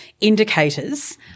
indicators